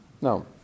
No